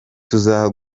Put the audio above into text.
tuza